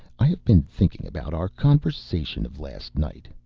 i have been thinking about our conversation of last night,